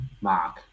mark